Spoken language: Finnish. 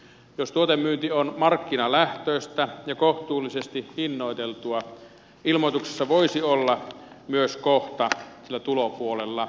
jos tuotemyynti on markkinalähtöistä ja kohtuullisesti hinnoiteltua ilmoituksessa voisi olla myös kohta sillä tulopuolella tuotemyynti